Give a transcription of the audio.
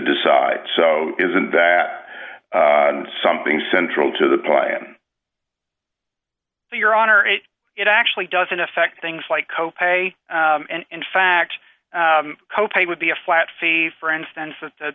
decide so isn't that something central to the plan so your honor it it actually doesn't affect things like co pay and in fact co pay would be a flat fee for instance that the